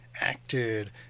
acted